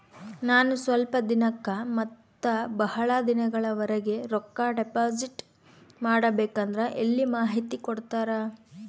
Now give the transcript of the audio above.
ನಾನು ಸ್ವಲ್ಪ ದಿನಕ್ಕ ಮತ್ತ ಬಹಳ ದಿನಗಳವರೆಗೆ ರೊಕ್ಕ ಡಿಪಾಸಿಟ್ ಮಾಡಬೇಕಂದ್ರ ಎಲ್ಲಿ ಮಾಹಿತಿ ಕೊಡ್ತೇರಾ?